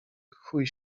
chuj